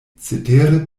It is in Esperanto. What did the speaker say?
cetere